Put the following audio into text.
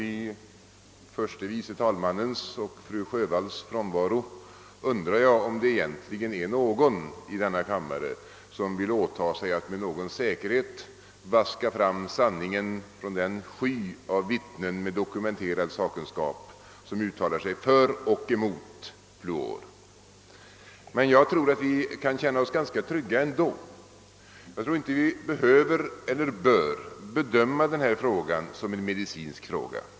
I förste vice talmannens och fru Sjövalls frånvaro undrar jag om det egentligen är någon i denna kammare som vill åta sig att med någon säkerhet vaska fram sanningen från den uppsjö av vittnen med dokumenterad sakkunskap som uttalat sig för och emot fluor. Men jag tror att vi kan känna oss ganska trygga ändå. Jag tror inte att vi behöver eller bör bedöma denna fråga ur medicinsk synpunkt.